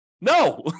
No